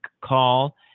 call